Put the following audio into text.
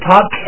Top